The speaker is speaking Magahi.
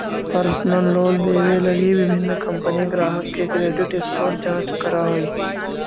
पर्सनल लोन देवे लगी विभिन्न कंपनि ग्राहक के क्रेडिट स्कोर जांच करऽ हइ